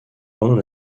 pendant